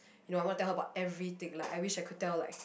you know I want to tell her about everything like I wish I could tell like